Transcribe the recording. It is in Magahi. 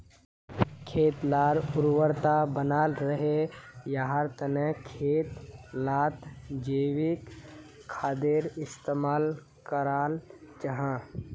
खेत लार उर्वरता बनाल रहे, याहार तने खेत लात जैविक खादेर इस्तेमाल कराल जाहा